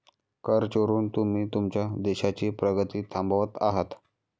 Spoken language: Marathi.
कर चोरून तुम्ही तुमच्या देशाची प्रगती थांबवत आहात